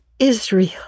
Israel